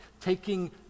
taking